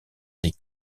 des